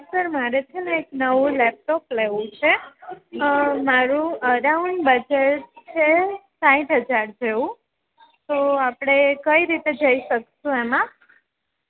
sir મારે છેને એક નવું લેપટોપ લેવું છે મારું અરાઉન્ડ બજેટ છે સાંઠ હજાર જેવું તો આપણે કઈ રીતે જઈ શકશું એમાં